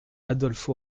adolphe